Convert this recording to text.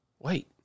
Wait